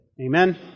Amen